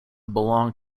belong